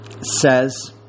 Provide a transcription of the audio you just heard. says